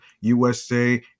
USA